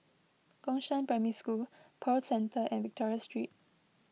Gongshang Primary School Pearl Centre and Victoria Street